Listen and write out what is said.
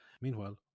Meanwhile